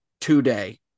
today